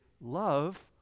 love